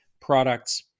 products